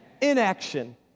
Inaction